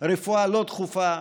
רפואה לא דחופה,